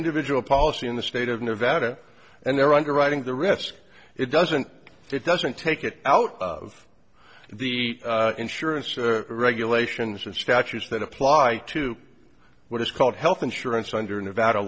individual policy in the state of nevada and their underwriting the risk it doesn't it doesn't take it out of the insurance regulations and statutes that apply to what is called health insurance under nevada